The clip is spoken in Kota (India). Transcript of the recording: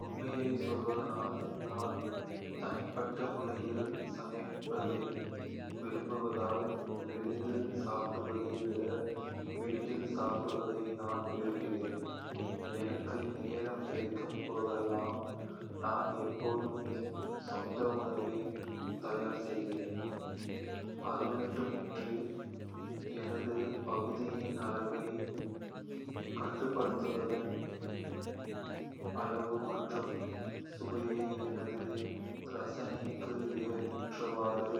உண்மையைச் சொல்வதானால், நான் தனிப்பட்ட முறையில் சமைப்பதை விரும்புவதால், வெளியில் சாப்பிடுவதை விட வீட்டில் சாப்பிடுவதை நான் விரும்புகிறேன். எனக்கு நேரம் கிடைக்கும் போதெல்லாம், நான் எப்போதும் என் சொந்த உணவை தயார் செய்கிறேன். அதுமட்டுமின்றி, எனது பகுதியின் அளவைக் கட்டுப்படுத்தவும், அளவு மற்றும் சுவையை எனது ரசனைக்கு ஏற்றவாறு